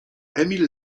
emil